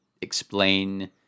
explain